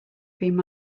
cream